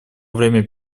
время